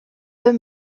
vais